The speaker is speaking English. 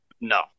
No